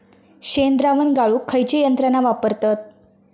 शेणद्रावण गाळूक खयची यंत्रणा वापरतत?